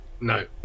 No